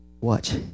watch